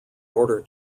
order